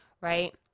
right